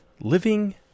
living